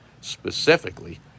specifically